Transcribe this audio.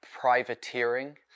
privateering